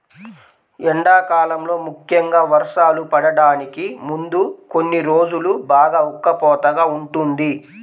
ఎండాకాలంలో ముఖ్యంగా వర్షాలు పడటానికి ముందు కొన్ని రోజులు బాగా ఉక్కపోతగా ఉంటుంది